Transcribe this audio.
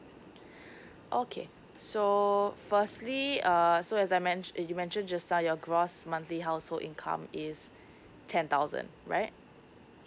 okay so firstly uh so as I mention uh you mention just uh your gross monthly household income is ten thousand right